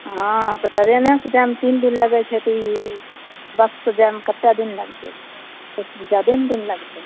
हँ तऽ ट्रेने से जाएमे तीन दिन लगै छै तऽ ई बस सँ जाएमे कतेक दिन लगतै जदे ने दिन लगतै